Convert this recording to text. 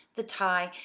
the tie,